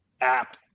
app